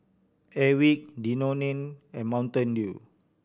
Airwick Danone and Mountain Dew